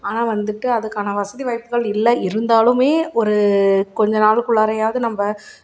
ஆனால் வந்துட்டு அதுக்கான வசதி வாய்ப்புகள் இல்லை இருந்தாலும் ஒரு கொஞ்ச நாளுக்குள்ளாறையாவது நம்ம